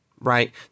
right